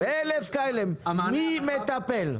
מי מטפל?